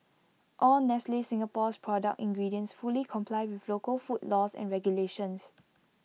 all nestle Singapore's product ingredients fully comply with local food laws and regulations